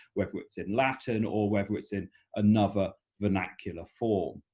whether it's in latin, or whether it's in another vernacular form.